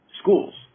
schools